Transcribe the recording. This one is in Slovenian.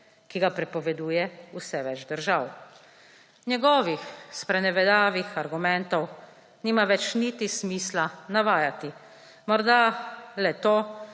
ki ga prepoveduje vse več držav. Njegovih sprenevedavih argumentov nima več niti smisla navajati. Morda le to,